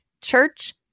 church